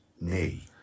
knee